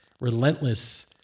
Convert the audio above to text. relentless